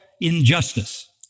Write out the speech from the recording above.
injustice